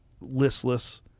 listless